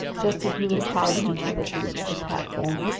just as we were crowding each other to reach the platform,